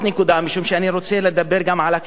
משום שאני רוצה לדבר גם על הקשיים העומדים